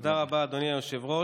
תודה רבה, אדוני היושב-ראש.